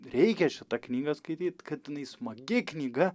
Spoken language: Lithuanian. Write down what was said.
reikia šitą knygą skaityt kad jinai smagi knyga